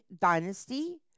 dynasty